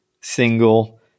single